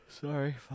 Sorry